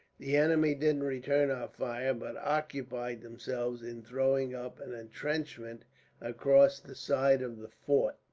the enemy didn't return our fire, but occupied themselves in throwing up an entrenchment across the side of the fort.